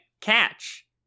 catch